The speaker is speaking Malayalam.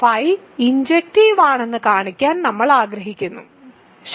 ഫൈ ഇൻജക്റ്റീവ് ആണെന്ന് കാണിക്കാൻ നമ്മൾ ആഗ്രഹിക്കുന്നു ശരി